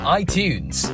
iTunes